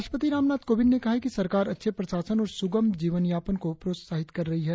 राष्ट्रपति रामनाथ कोविंद ने कहा है कि सरकार अच्छे प्रशासन और सुगम जीवन यापन को प्रोत्साहित कर रही है